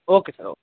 okay sir okay